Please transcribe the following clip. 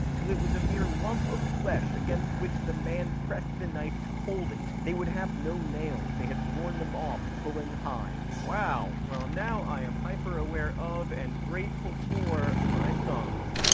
it was a mere lump of flesh against which the man pressed the knife to hold it. they would have no nails they had worn them off pulling hides. wow. well now i am hyper-aware of and grateful for my thumbs.